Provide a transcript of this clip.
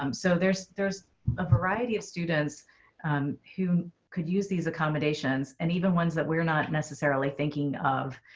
um so there's there's a variety of students who could use these accommodations and even ones that we're not necessarily thinking of